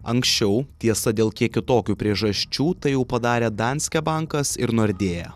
anksčiau tiesa dėl kiek kitokių priežasčių tai jau padarė danske bankas ir nordea